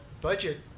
budget